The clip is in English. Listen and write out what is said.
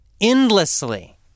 endlessly